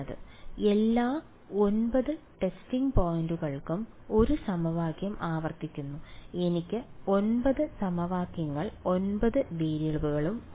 അതിനാൽ എല്ലാ 9 ടെസ്റ്റിംഗ് പോയിന്റുകൾക്കും 1 സമവാക്യം ആവർത്തിക്കുന്നു എനിക്ക് 9 സമവാക്യങ്ങൾ 9 വേരിയബിളുകൾ